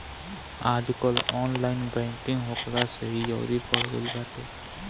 आजकल online banking होखला से इ अउरी बढ़ गईल बाटे